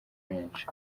benshi